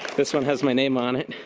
this one has my name on it.